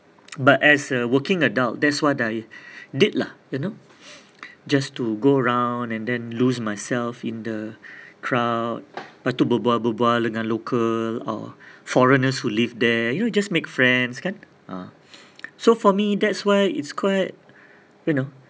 but as a working adult that's what I did lah you know just to go round and then lose myself in the crowd lepas tu berbual-berbual with the local or foreigners who live there you just make friends kan ah so for me that's where it's quite you know